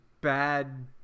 bad